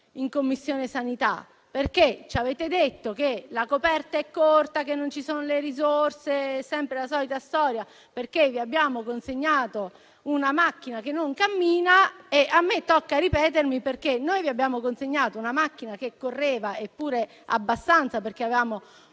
in Commissione sanità. Ci avete detto che la coperta è corta, che non ci sono le risorse - sempre la solita storia - che vi abbiamo consegnato una macchina che non cammina. E a me tocca ripetermi: noi vi abbiamo consegnato una macchina che correva e anche abbastanza, perché avevamo